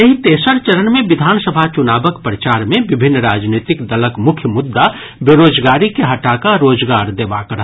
एहि तेसर चरण मे विधानसभा चुनावक प्रचार मे विभिन्न राजनीतिक दलक मुख्य मुद्दा बेरोजगारी के हटा कऽ रोजगार देबाक रहल